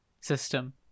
system